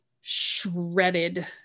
shredded